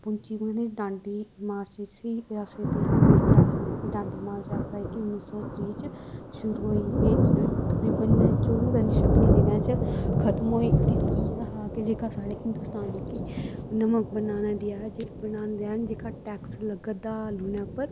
पुज्जी कुत्थै ही दांडी मार्च जिसी अस ते इ'यां बी गलाई सकदे कि दांडी मार्च जात्रा जेह्की उन्नी सौ त्रीह् च शुरू होई ही एह् तकरीबन चौह्बी पं'जी छब्बियें दिनें च खत्म होई ते एह् एह् हा कि जेह्ड़ा साढ़े हिंदोस्तान बिच नमां बनान देआ बनान देन जेह्का टैक्स लग्गा दा लूनै पर